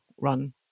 run